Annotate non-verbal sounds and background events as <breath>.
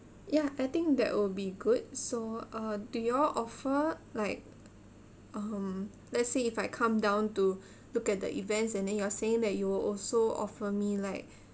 ya I think that would be good so uh do you all offer like um let's say if I come down to <breath> look at the events and then you are saying that you will also offer me like